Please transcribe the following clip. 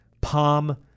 palm